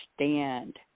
understand